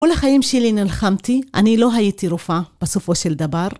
כל החיים שלי נלחמתי, אני לא הייתי רופאה, בסופו של דבר.